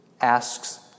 asks